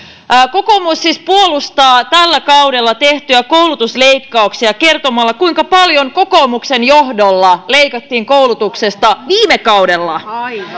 kokoomus siis puolustaa tällä kaudella tehtyjä koulutusleikkauksia kertomalla kuinka paljon kokoomuksen johdolla leikattiin koulutuksesta viime kaudella